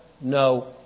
no